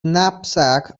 knapsack